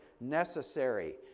necessary